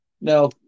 Now